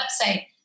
website